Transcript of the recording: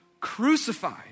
Crucified